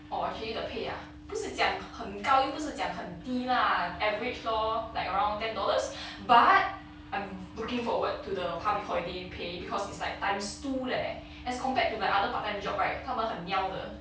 orh actually the pay ah 不是讲很高又不是讲很低 lah average lor like around ten dollars but I'm looking forward to the public holiday pay because it's like times two leh as compared to like other part time job right 他们很要的